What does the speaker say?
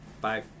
Bye